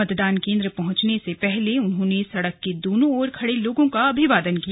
मतदान केन्द्र पहुंचने से पहले उन्होंने सड़क के दोनों ओर खड़े लोगों का अभिवादन किया